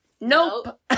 nope